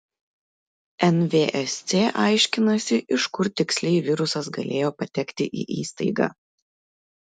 nvsc aiškinasi iš kur tiksliai virusas galėjo patekti į įstaigą